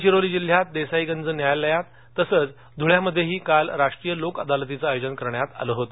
गडचिरोली जिल्ह्यात देसाईगंज न्यायालयात तसच धुळ्यामध्येही काल राष्ट्रीय लोक अदालतीचं आयोजन करण्यात आलं होत